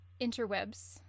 interwebs